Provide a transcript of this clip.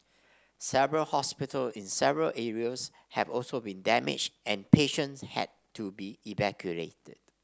several hospital in several areas have also been damaged and patients had to be evacuated